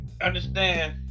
understand